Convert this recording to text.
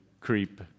creep